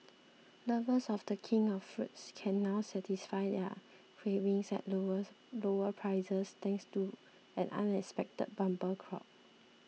lovers of the king of fruits can now satisfy their cravings at lower lower prices thanks to an unexpected bumper crop